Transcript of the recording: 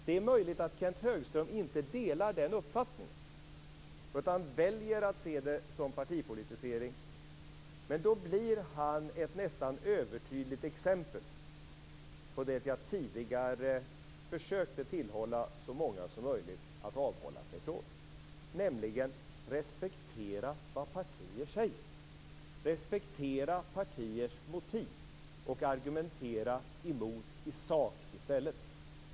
Det är möjligt att Kenth Höström inte delar den uppfattningen utan väljer att se det som partipolitisering. Men då blir han ett nästan övertydligt exempel på det jag tidigare försökte tillhålla så många som möjligt att avhålla sig från. Respektera vad partier säger. Respektera partiers motiv och argumentera emot i sak i stället.